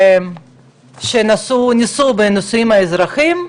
שנישאו בנישואים אזרחיים,